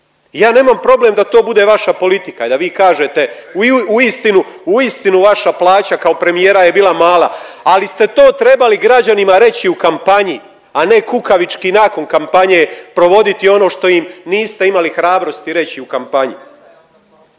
Ja nemam problem da to bude vaša politika i da vi kažete, uistinu vaša plaća kao premijera je bila mala, ali ste to trebali građani reći u kampanji, a ne kukavički nakon kampanje provoditi ono što im niste imali hrabrosti reći u kampanji.